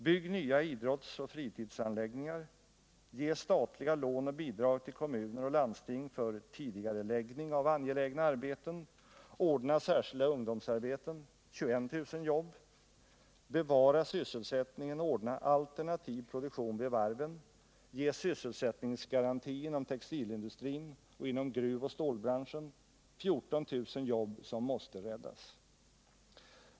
Bygg nya idrottsoch fritidsanläggningar, ge statliga lån och bidrag till kommuner och landsting för tidigareläggning av angelägna arbeten, ordna särskilda ungdomsarbeten — 21000 nya jobb. Bevara sysselsättningen och ordna alternativ produktion vid varven, ge sysselsättningsgaranti inom textilindustrin och inom gruvoch stålbranschen — 14 000 jobb som måste räddas.